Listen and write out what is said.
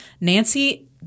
Nancy